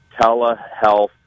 telehealth